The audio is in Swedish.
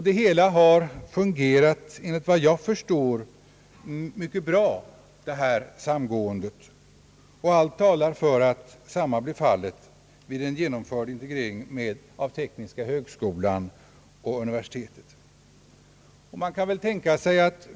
Detta samgående har enligt vad jag förstår fungerat mycket bra, Allt talar för ait detsamma blir fallet vid en genomförd integrering av tekniska högskolan i Lund och universitetet.